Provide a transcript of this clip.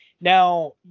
now